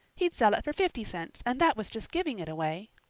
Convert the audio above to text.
he'd sell it for fifty cents and that was just giving it away.